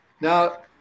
Now